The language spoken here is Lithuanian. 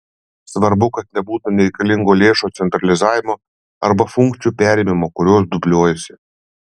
svarbu kad nebūtų nereikalingo lėšų centralizavimo arba funkcijų perėmimo kurios dubliuojasi